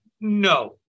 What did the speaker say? no